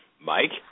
Mike